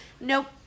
nope